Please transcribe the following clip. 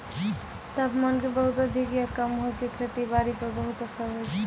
तापमान के बहुत अधिक या कम होय के खेती बारी पर बहुत असर होय छै